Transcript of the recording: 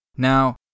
Now